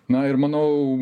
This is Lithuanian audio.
na ir manau